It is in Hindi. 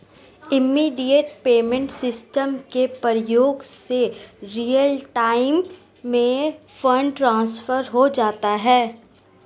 इमीडिएट पेमेंट सिस्टम के प्रयोग से रियल टाइम में फंड ट्रांसफर हो जाता है